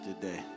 today